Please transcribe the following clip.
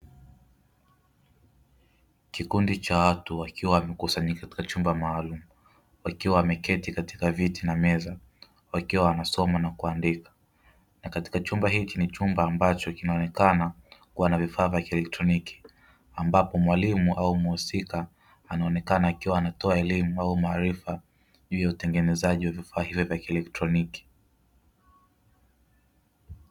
Kikundi cha watu wakiwa wamekusanyika katika chumba maalumu wakiwa wameketi katika viti na meza, wakiwa wanaandika na katika chumba hiki ni chumba ambacho kinaonekana kuwa na vifaa vya kieletroniki ambapo mwalimu au mhusika anaonekana akiwa anatoa elimu ama maarifa juu ya utengenezaji wa vifaa hivyo vya kieletroniki.